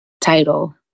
title